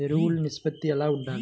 ఎరువులు నిష్పత్తి ఎలా ఉండాలి?